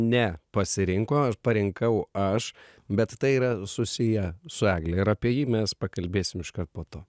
nepasirinko aš parinkau aš bet tai yra susiję su egle ir apie jį mes pakalbėsim iškart po to